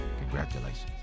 congratulations